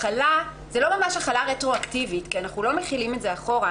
החלה זה לא ממש החלה רטרואקטיבית כי אנחנו לא מחילים את זה אחורה,